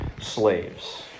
slaves